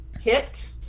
hit